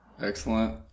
excellent